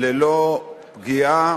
ללא פגיעה